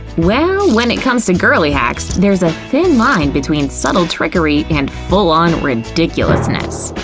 well, when it comes to girly hacks, there's a thin line between subtle trickery and full-on ridiculousness!